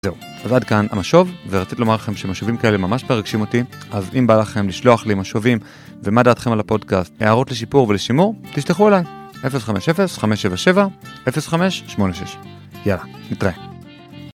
זהו, ועד כאן המשוב, ורציתי לומר לכם שמשובים כאלה ממש מרגשים אותי, אז אם בא לכם לשלוח לי משובים ומה דעתכם על הפודקאסט, הערות לשיפור ולשימור, תשלחו אליי, 050-577-0586. יאללה, נתראה.